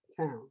Town